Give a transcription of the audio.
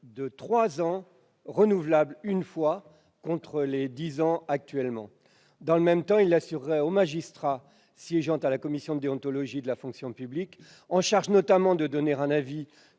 de trois ans, renouvelable une fois, contre dix ans actuellement. Dans le même temps, il vise à assurer aux magistrats siégeant à la commission de déontologie de la fonction publique, en charge notamment de donner un avis